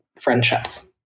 friendships